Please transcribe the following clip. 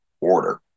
order